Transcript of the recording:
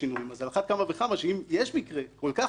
אז על אחת כמה וכמה שאם יש מקרה כל כך חריג,